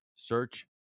Search